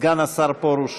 סגן השר פרוש